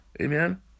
Amen